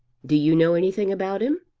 do you know anything about him?